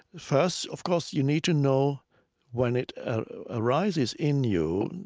first, of course you need to know when it arises in you,